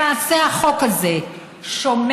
למעשה, החוק הזה שומט